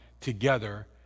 together